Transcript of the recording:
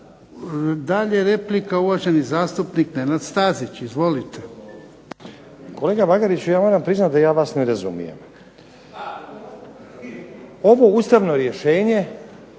Dalje replika uvaženi gospodin Nenad Stazić. Izvolite. **Stazić, Nenad (SDP)** Kolega Bagariću ja moram priznati da ja vas ne razumijem. Ovo ustavno rješenje